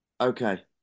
Okay